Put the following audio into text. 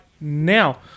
now